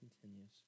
continues